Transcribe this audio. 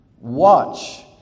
watch